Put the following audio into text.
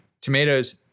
Tomatoes